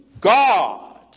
God